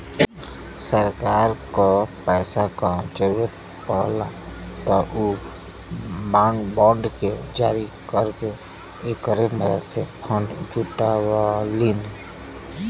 सरकार क पैसा क जरुरत पड़ला त उ बांड के जारी करके एकरे मदद से फण्ड जुटावलीन